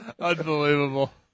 Unbelievable